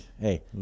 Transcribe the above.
Hey